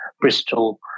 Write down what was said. Bristol